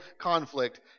conflict